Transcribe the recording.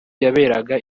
yaberaga